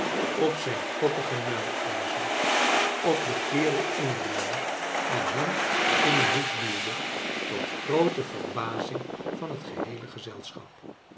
op zijn koppigen muilezel op den kerel inrende en hem in een hoek duwde tot groote verhazing van het geheele gezelschap